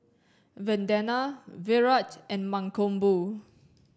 Vandana Virat and Mankombu